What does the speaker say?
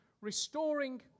restoring